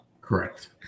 Correct